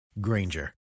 Granger